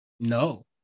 No